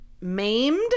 maimed